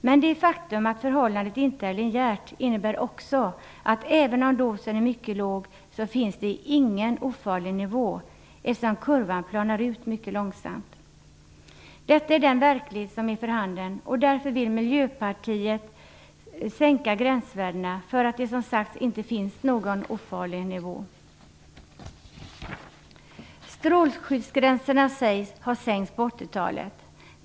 Men det faktum att förhållandet inte är linjärt innebär också att det, även om dosen är mycket låg, inte finns någon ofarlig nivå, eftersom kurvan planar ut mycket långsamt. Detta är den verklighet som är för handen. Därför vill Miljöpartiet sänka gränsvärdena. Det finns ju, som sagt, ingen ofarlig nivå. Strålskyddsgränserna sägs ha sänkts på 80-talet.